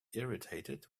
irritated